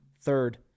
third